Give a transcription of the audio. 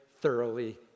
thoroughly